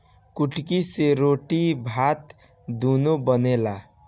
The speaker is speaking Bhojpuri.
कुटकी से रोटी भात दूनो बनेला